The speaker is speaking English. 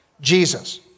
Jesus